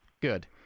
Good